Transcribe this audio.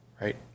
right